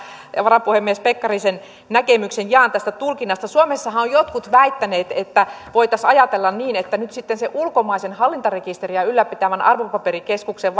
ja varapuhemies pekkarisen näkemyksen jaan tästä tulkinnasta suomessahan ovat jotkut väittäneet että voitaisiin ajatella niin että nyt sitten sen ulkomaisen hallintarekisteriä ylläpitävän arvopaperikeskuksen